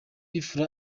fla